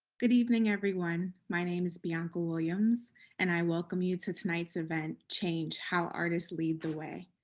good evening everyone, my name is bianca williams and i welcome you to tonight's event, change how artists lead the way.